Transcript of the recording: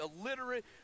illiterate